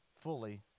fully